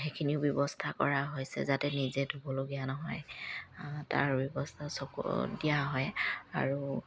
সেইখিনিও ব্যৱস্থা কৰা হৈছে যাতে নিজে ধুবলগীয়া নহয় তাৰ ব্যৱস্থা চকু দিয়া হয় আৰু